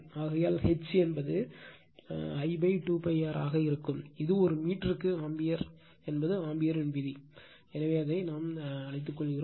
ஆகையால் H இது I 2 π r ஆக இருக்கும் இது ஒரு மீட்டருக்கு ஆம்பியர் என்பது ஆம்பியரின் விதி எனவே அதை அழிக்கணும்